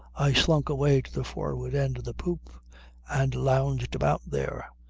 i slunk away to the forward end of the poop and lounged about there,